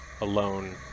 alone